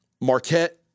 Marquette